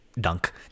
Dunk